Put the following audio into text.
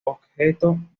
objeto